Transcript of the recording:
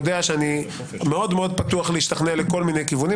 יודע שאני מאוד מאוד פתוח להשתכנע לכל מיני כיוונים,